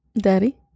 daddy